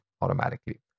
automatically